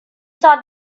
saw